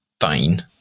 fine